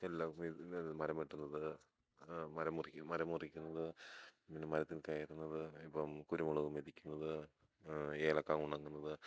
എല്ലാം മരം വെട്ടുന്നത് മരം മുറിക്കുന്ന മരമുറിക്കുന്നത് പിന്നെ മരത്തിൽ കയറുന്നത് ഇപ്പം കുരുമുളക് മെതിക്കുന്നത് ഏലയ്ക്ക ഉണങ്ങുന്നത്